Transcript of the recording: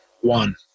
one